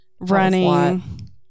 Running